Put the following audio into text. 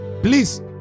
Please